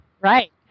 Right